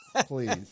please